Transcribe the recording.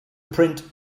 print